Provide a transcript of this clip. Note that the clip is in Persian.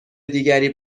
دیگری